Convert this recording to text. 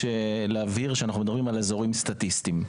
להבהיר שאנחנו מדברים על אזורים סטטיסטיים.